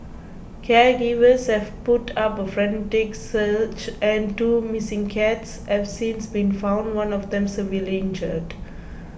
caregivers have put up a frantic search and two missing cats have since been found one of them severely injured